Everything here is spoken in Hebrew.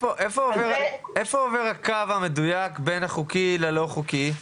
איפה עובר הקו המדויק בין החוקי ללא חוקי?